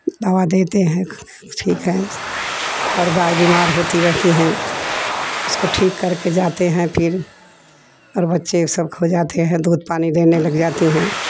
दवा देते हैं ठीक है और गाय बीमार होती रहती है उसको ठीक कर के जाते है फिर और बच्चे सब खो जाते है दूध पानी देने लग जाती है